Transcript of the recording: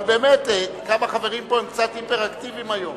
אבל באמת, כמה חברים פה הם קצת היפראקטיביים היום.